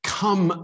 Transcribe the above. come